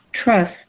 Trust